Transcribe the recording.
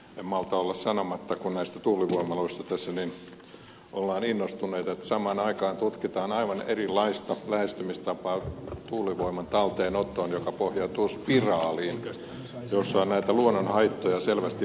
en malta olla sanomatta kun näistä tuulivoimaloista tässä ollaan niin innostuneita että samaan aikaan tutkitaan aivan erilaista lähestymistapaa tuulivoiman talteenottoon sellaiseen joka pohjautuu spiraaliin jossa on näitä luonnonhaittoja selvästi vähemmän